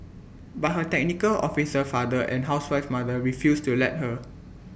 but her technical officer father and housewife mother refused to let her